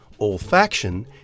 olfaction